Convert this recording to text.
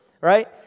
right